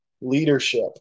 leadership